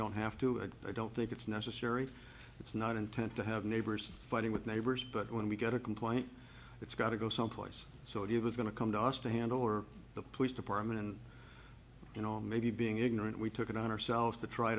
don't have to and i don't think it's necessary it's not intent to have neighbors fighting with neighbors but when we get a complaint it's got to go someplace so it was going to come to us to handle or the police department and you know maybe being ignorant we took it on ourselves to try